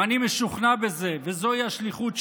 ואני משוכנע בזה וזוהי השליחות שלי: